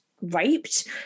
raped